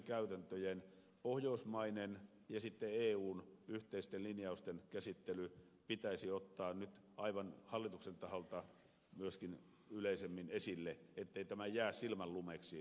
käytäntöjen pohjoismainen ja sitten eun yhteisten linjausten käsittely pitäisi ottaa aivan hallituksen taholta myöskin yleisemmin esille ettei tämä keskustelu nyt jää silmänlumeeksi